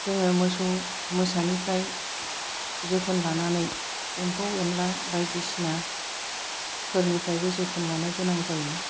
जोङो मोसौ मोसानिफ्राय जोथोन लानानै एम्फौ एनला बायदिसिना फोरनिफ्रायबो जोथोन लानो गोनां जायो